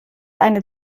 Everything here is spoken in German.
eine